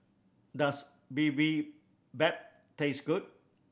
does Bibimbap taste good